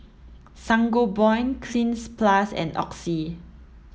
Sangobion Cleanz plus and Oxy